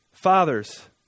Fathers